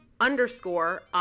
underscore